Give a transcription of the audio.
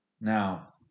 Now